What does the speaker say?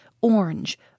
orange